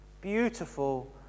Beautiful